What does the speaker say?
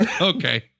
Okay